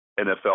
NFL